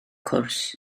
cwrs